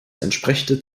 entsprechende